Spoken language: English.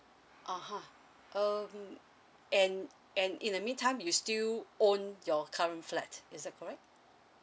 (uh huh) um and and in the meantime you still own your current flat is that correct